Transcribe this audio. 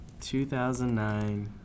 2009